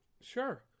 Sure